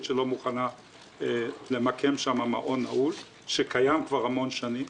שלא מוכנה למקם שם מעון נעול שקיים כבר המון שנים.